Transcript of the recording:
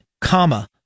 comma